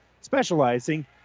specializing